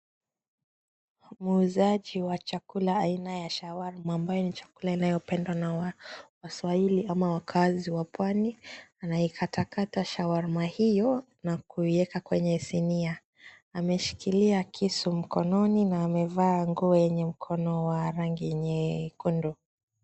Muuzaji wa chakula aina ya shawarma ambayo ni chakula inayopendwa na waswahili ama wakaazi wa pwani, anaikatakata shawarma hiyo na kuiweka kwenye sinia. Ameshikilia kisu mkononi na amevaa nguo yenye mkono wa rangi nyekundu.